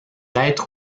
être